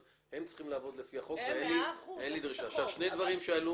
אבל הם צריכים לעבוד לפי החוק ואין לי דרישה --- שני דברים שעלו